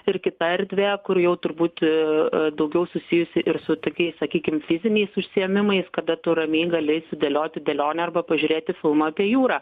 ir kita erdvė kur jau turbūt daugiau susijusi ir su tokiais sakykim fiziniais užsiėmimais kada tu ramiai gali sudėlioti dėlionę arba pažiūrėti filmą apie jūrą